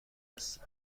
هستین